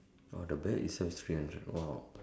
oh the bag itself three hundred !wow!